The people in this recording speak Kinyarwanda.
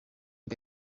bwa